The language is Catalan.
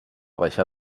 deixar